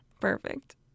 perfect